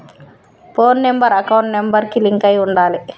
పోను number account number కి link అయ్యి ఉండాలే